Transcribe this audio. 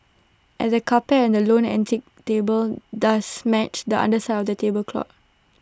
and the carpet and the lone antique table does match the underside of the tablecloth